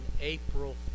April